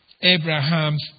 Abraham's